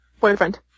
Boyfriend